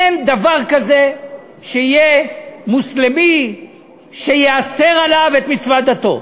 אין דבר כזה שיהיה מוסלמי שייאסר עליו לעשות את מצוות דתו.